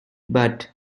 but